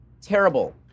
terrible